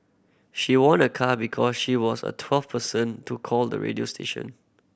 she won a car because she was a twelve person to call the radio station